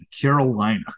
Carolina